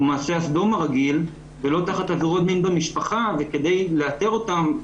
מעשה הסדום הרגיל ולא תחת עבירות מין במשפחה ולא נוכל לאתר אותם.